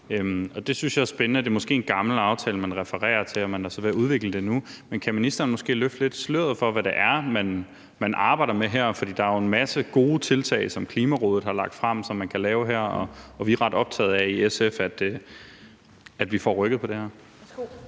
det synes jeg er spændende. Det er måske en gammel aftale, man refererer til, og man er så ved at udvikle det nu. Men kan ministeren måske løfte sløret lidt for, hvad det er, man arbejder med her? For der er jo en masse gode tiltag, som Klimarådet har lagt frem, og som man kan lave her. Og vi er ret optaget af i SF, at vi får rykket på det her.